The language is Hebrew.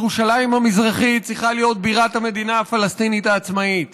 ירושלים המזרחית צריכה להיות בירת המדינה הפלסטינית העצמאית,